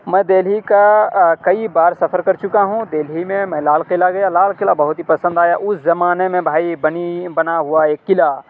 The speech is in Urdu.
میں دہلی کا کئی بار سفر کر چکا ہوں دہلی میں میں لال قلعہ گیا لال قلعہ بہت ہی پسند آیا اس زمانے میں بھائی بنی بنا ہوا یہ قلعہ